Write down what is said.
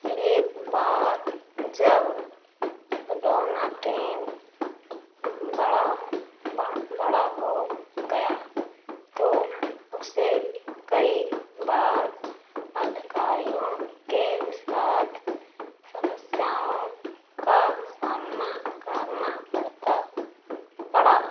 एक बार जब डौनाटेन बड़ा बड़ा हो गया तो उसे कई बार अधिकारियों के साथ समस्याओं का सामना करना पड़ता पड़ा